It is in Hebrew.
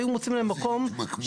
היו מוצאים להם מקום --- מה זה התמקמו?